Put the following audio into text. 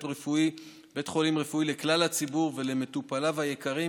חולים רפואי לכלל הציבור ולמטופליו היקרים,